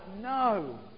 no